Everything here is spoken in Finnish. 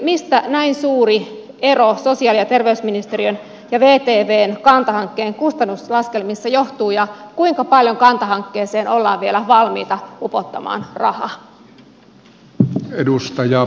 mistä näin suuri ero sosiaali ja terveysministeriön ja vtvn kanta hankkeen kustannuslaskelmissa johtuu ja kuinka paljon kanta hankkeeseen ollaan vielä valmiita upottamaan rahaa